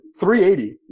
380